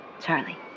Charlie